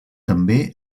també